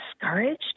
discouraged